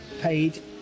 paid